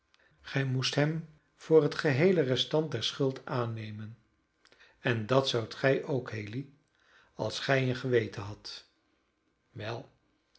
gij moest hem voor het geheele restant der schuld aannemen en dat zoudt gij ook haley als gij een geweten hadt wel